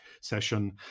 session